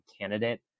candidate